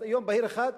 ביום בהיר אחד,